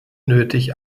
nötig